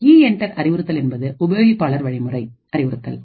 EENTER அறிவுறுத்தல் என்பது உபயோகிப்பாளர் வழிமுறை அறிவுறுத்தல்